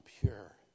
pure